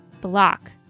block